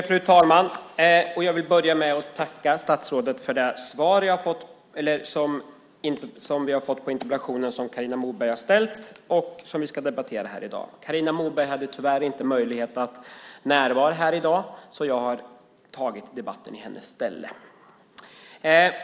Fru talman! Jag vill börja med att tacka statsrådet för det svar vi har fått på interpellationen som Carina Moberg har ställt och som vi ska debattera här i dag. Carina Moberg hade tyvärr inte möjlighet att närvara här i dag, så jag har tagit debatten i hennes ställe.